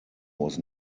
was